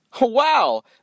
wow